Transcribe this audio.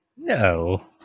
No